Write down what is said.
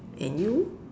and you